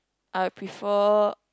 I prefer